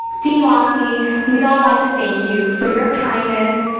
dean wofsy, we'd all like to thank you for your kindness,